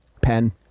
pen